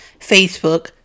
Facebook